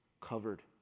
Covered